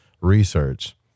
Research